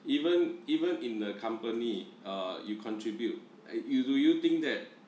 even even in the company uh you contribute eh do you think that